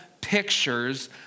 pictures